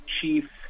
chief